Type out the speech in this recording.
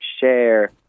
share